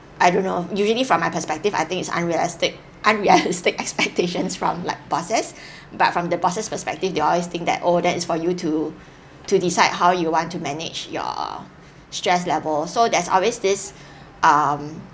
I don't know usually from my perspective I think it's unreal estate unrealistic expectations from like buses but from the boss's perspective the always think that oh is for you to to decide how you want to manage your stress level so there's always this um